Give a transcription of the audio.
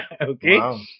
Okay